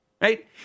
right